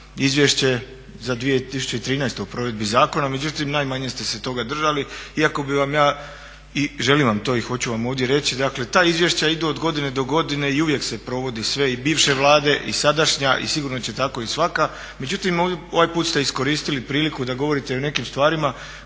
Izvješće za 2013. o provedbi zakona, međutim najmanje ste se toga držali iako bih vam ja i želim vam to i hoću vam ovdje reći. Dakle, ta izvješća idu od godine do godine i uvijek se provodi sve i bivše Vlade i sadašnja i sigurno će tako i svaka. Međutim, ovaj put ste iskoristili priliku da govorite i o nekim stvarima